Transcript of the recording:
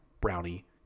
brownie